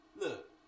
Look